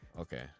Okay